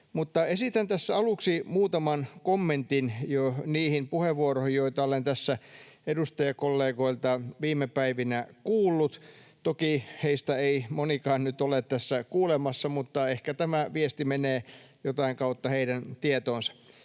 esitän tässä aluksi muutaman kommentin niihin puheenvuoroihin, joita olen jo tässä edustajakollegoilta viime päivinä kuullut. Toki heistä ei monikaan nyt ole tässä kuulemassa, mutta ehkä tämä viesti menee jotain kautta heidän tietoonsa.